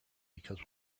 because